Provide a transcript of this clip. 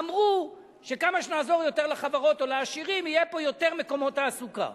אמרו שכמה שנעזור יותר לחברות או לעשירים יהיו פה יותר מקומות תעסוקה.